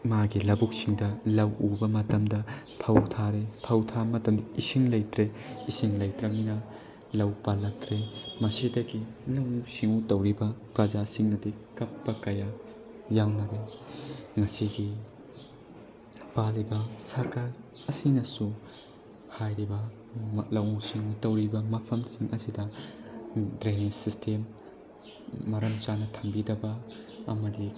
ꯃꯥꯒꯤ ꯂꯕꯨꯛꯁꯤꯡꯗ ꯂꯧ ꯎꯕ ꯃꯇꯝꯗ ꯐꯧ ꯊꯥꯔꯦ ꯐꯧ ꯊꯥ ꯃꯇꯝꯗ ꯏꯁꯤꯡ ꯂꯩꯇ꯭ꯔꯦ ꯏꯁꯤꯡ ꯂꯩꯇ꯭ꯔꯝꯅꯤꯅ ꯂꯧ ꯄꯥꯜꯂꯛꯇ꯭ꯔꯦ ꯃꯁꯤꯗꯒꯤ ꯂꯧꯎ ꯁꯤꯡꯎ ꯇꯧꯔꯤꯕ ꯄ꯭ꯔꯖꯥꯁꯤꯡꯅꯗꯤ ꯀꯞꯄ ꯀꯌꯥ ꯌꯥꯎꯅꯔꯦ ꯉꯁꯤꯒꯤ ꯄꯥꯜꯂꯤꯕ ꯁꯔꯀꯥꯔ ꯑꯁꯤꯅꯁꯨ ꯍꯥꯏꯔꯤꯕ ꯂꯧꯎ ꯁꯤꯡꯎ ꯇꯧꯔꯤꯕ ꯃꯐꯝꯁꯤꯡ ꯑꯁꯤꯗ ꯗ꯭ꯔꯦꯅꯦꯁ ꯁꯤꯁꯇꯦꯝ ꯃꯔꯝ ꯆꯥꯅ ꯊꯝꯕꯤꯗꯕ ꯑꯃꯗꯤ